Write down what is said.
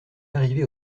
arrivé